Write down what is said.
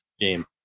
game